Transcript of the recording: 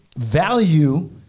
value